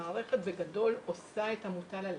המערכת בגדול עושה את המוטל עליה.